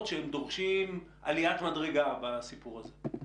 שהיא דורשת עליית מדרגה בסיפור הזה.